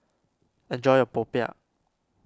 enjoy your Popiah